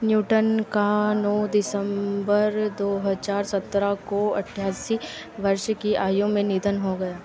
Newton का नौ दिसम्बर दो हज़ार सत्रह को अट्ठासी वर्ष की आयु में निधन हो गया